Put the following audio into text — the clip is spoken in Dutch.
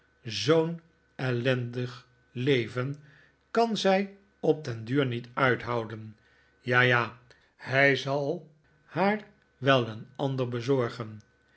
zoo'n ellendig leven kan zij op den duur niet uithouden ja ja hij zal haar wel een ander bezorgen